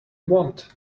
want